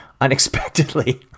unexpectedly